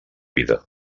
vida